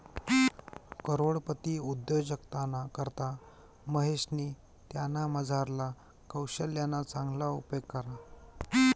करोडपती उद्योजकताना करता महेशनी त्यानामझारला कोशल्यना चांगला उपेग करा